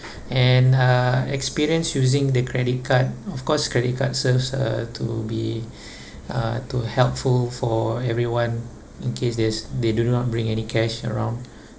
and uh experience using the credit card of course credit card serves uh to be uh to helpful for everyone in case there's they do not bring any cash around